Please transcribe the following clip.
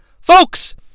Folks